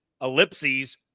ellipses